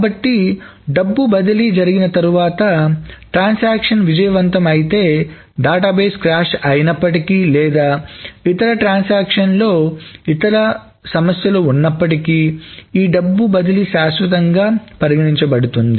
కాబట్టి డబ్బు బదిలీ జరిగిన తర్వాత ట్రాన్సాక్షన్ విజయవంతం అయితే డేటాబేస్ క్రాష్ అయినప్పటికీ లేదా ఇతర ట్రాన్సాక్షన్లలో ఇతర సమస్యలు ఉన్నప్పటికీ ఈ డబ్బు బదిలీ శాశ్వతంగా పరిగణించబడుతుంది